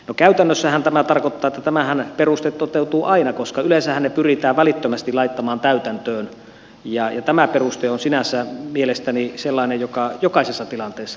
no käytännössähän tämä tarkoittaa että tämä perustehan toteutuu aina koska yleensähän ne pyritään välittömästi laittamaan täytäntöön ja tämä peruste on sinänsä mielestäni sellainen joka jokaisessa tilanteessa toteutuu